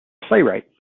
playwright